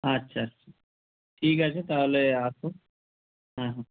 আচ্ছা আচ্ছা ঠিক আছে তাহলে এসো হুম হুম